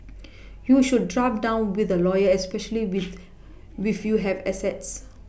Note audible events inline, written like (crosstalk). (noise) you should draft down with a lawyer especially with with you have assets